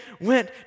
went